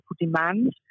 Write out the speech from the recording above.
demand